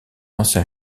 ancien